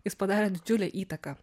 jis padarė didžiulę įtaką